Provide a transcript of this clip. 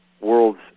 world's